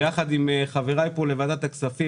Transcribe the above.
ויחד עם חבריי לוועדת הכספים,